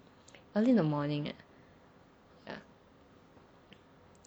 early in the morning leh ya